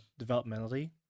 developmentally